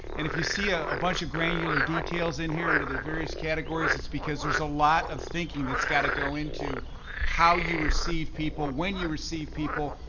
and if you see ah a bunch of granular details in here, under and their various categories, it's because there's a lot of thinking that's got to go into how you receive people, when you receive people,